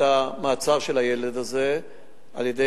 את המעצר של הילד הזה על-ידי,